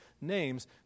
names